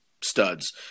studs